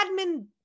admin